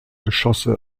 geschosse